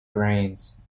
grains